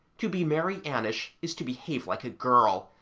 to be mary-annish is to behave like a girl,